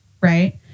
Right